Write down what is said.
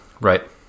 Right